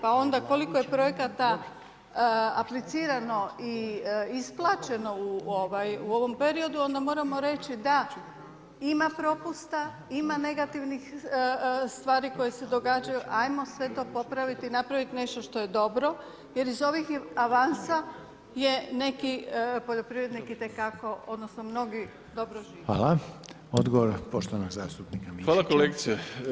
Pa onda koliko je projekata aplicirano i isplaćeno u ovom periodu, onda moramo reći da ima propusta, ima negativnih stvari koje se događaju, ajmo sve to popraviti i napravit nešto što je dobro jer iz ovih avansa je neki poljoprivrednik itekako, odnosno mnogi dobro žive.